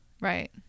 Right